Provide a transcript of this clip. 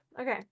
Okay